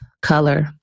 Color